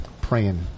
praying